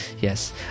Yes